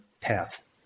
path